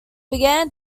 began